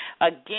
again